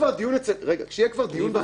אני אומר לך כבר לא.